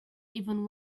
even